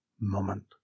moment